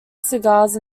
cigars